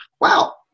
wow